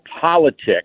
politics